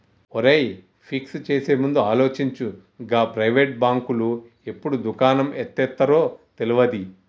ఒరేయ్, ఫిక్స్ చేసేముందు ఆలోచించు, గా ప్రైవేటు బాంకులు ఎప్పుడు దుకాణం ఎత్తేత్తరో తెల్వది